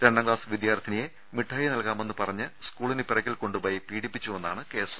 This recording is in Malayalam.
രണ്ടാം ക്സാസ് വിദ്യാർത്ഥിനിയെ മിഠായി നൽകാമെന്ന് പറഞ്ഞ് സ്കൂ ളിന് പുറകിൽ കൊണ്ടുപോയി പീഡിപ്പിച്ചുവെന്നാണ് കേസ്